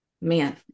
man